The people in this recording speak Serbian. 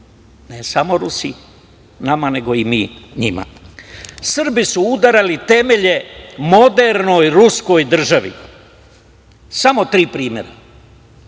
Ne samo Rusi nama, nego i mi njima. Srbi su udarali temelje modernoj ruskoj državi. Daću samo tri primera. Prvo,